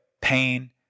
pain